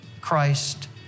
Christ